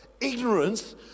ignorance